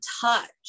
touch